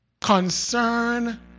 concern